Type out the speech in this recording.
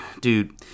dude